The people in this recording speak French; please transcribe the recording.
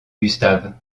gustave